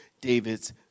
David's